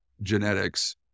genetics